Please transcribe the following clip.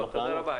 תודה רבה.